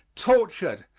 tortured,